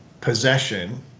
possession